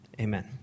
Amen